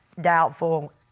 doubtful